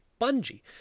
Bungie